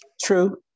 True